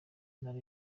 ntara